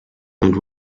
and